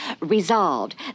resolved